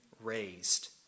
raised